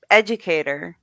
educator